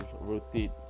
rotate